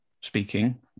speaking